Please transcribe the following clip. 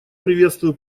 приветствую